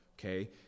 okay